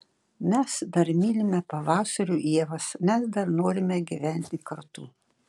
mes dar mylime pavasarių ievas mes dar norime gyventi kartu